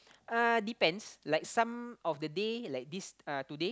uh depends like some of the day like this today